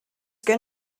good